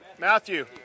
Matthew